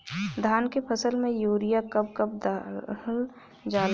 धान के फसल में यूरिया कब कब दहल जाला?